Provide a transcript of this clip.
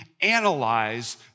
analyze